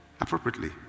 appropriately